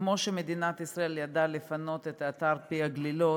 וכמו שמדינת ישראל ידעה לפנות את אתר פי-גלילות,